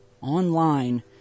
online